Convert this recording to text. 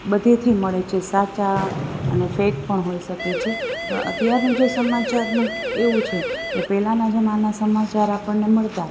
બધેથી મળે છે સાચા અને ફેક પણ હોઈ શકે છે પણ અત્યારનું સમાચારનું એવું છે પહેલાંના જમાનામાં આપણને સમાચાર મળતાં